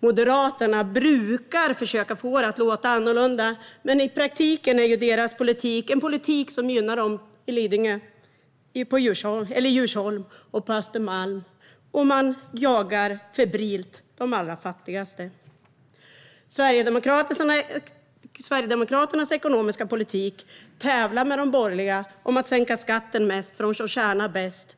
Moderaterna brukar försöka få det att låta annorlunda, men i praktiken är deras politik en politik som gynnar människor på Lidingö, i Djursholm och på Östermalm. Man jagar febrilt de allra fattigaste. Sverigedemokraterna tävlar med sin ekonomiska politik med de borgerliga om att sänka skatten mest för dem som tjänar bäst,